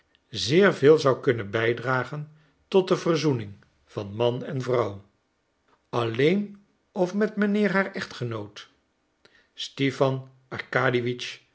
zeer veel zou kunnen bijdragen tot de verzoening van man en vrouw alleen of met mijnheer haar echtgenoot stipan